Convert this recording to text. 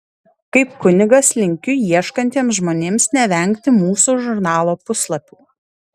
kaip kunigas linkiu ieškantiems žmonėms nevengti mūsų žurnalo puslapių